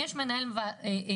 יש מנהל מעבדה,